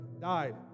died